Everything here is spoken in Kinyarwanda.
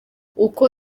uko